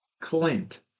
Clint